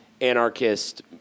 anarchist